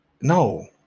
No